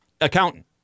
accountant